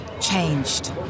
changed